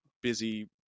busy